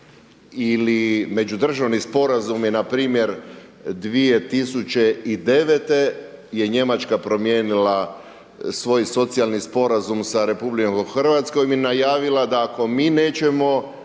ili međudržavni sporazumi na primjer 2009. je Njemačka promijenila svoj socijalni sporazum sa Republikom Hrvatskom i najavila da ako mi nećemo